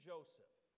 Joseph